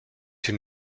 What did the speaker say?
die